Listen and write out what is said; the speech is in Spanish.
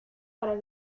para